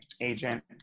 agent